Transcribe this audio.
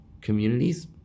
communities